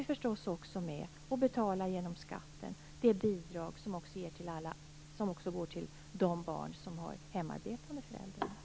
De är förstås också med och betalar genom skatten när det gäller bidrag som också går till barn med hemarbetande föräldrar.